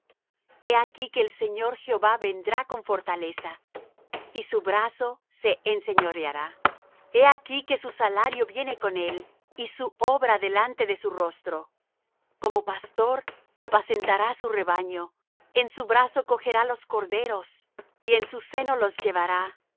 he aquí que el señor jehová vendrá con fortaleza y su brazo se enseñoreará he aquí que su salario viene con él y su obra delante de su rostro como pastor apacentará su rebaño en su brazo cogerá los corderos y en su seno los llevará